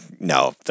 No